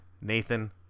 nathan